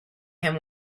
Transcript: him